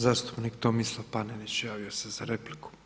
Zastupnik Tomislav Panenić, javi se za repliku.